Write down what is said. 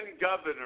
governor